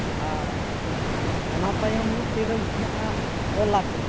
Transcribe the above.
ᱟᱨ ᱚᱱᱟ ᱛᱟᱭᱚᱢ ᱢᱤᱫᱴᱮᱱ ᱨᱳᱜᱽ ᱦᱮᱱᱟᱜᱼᱟ ᱜᱚᱞᱟ ᱠᱩᱴᱠᱩᱤ